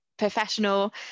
professional